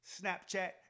Snapchat